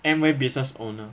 Amway business owner